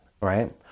right